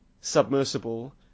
submersible